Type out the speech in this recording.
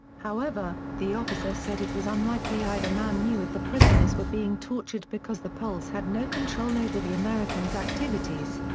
however, the officer said it was unlikely either man knew if the prisoners were being tortured because the poles had no control over the americans' activities.